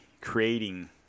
creating